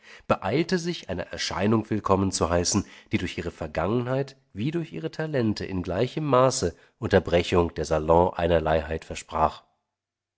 beeilte sich eine erscheinung willkommen zu heißen die durch ihre vergangenheit wie durch ihre talente in gleichem maße unterbrechung der salon einerleiheit versprach